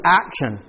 action